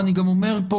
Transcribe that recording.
ואני גם אומר פה,